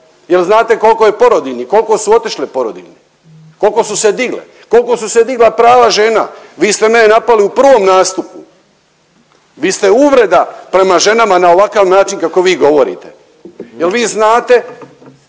Jel znate kolko je porodiljni, kolko su otišle porodiljne, kolko su se digle? Kolko su se digla prava žena? Vi ste mene napali u prvom nastupu, vi ste uvreda prema ženama na ovakav način kako vi govorite. Jel vi znate